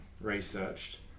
researched